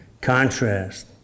contrast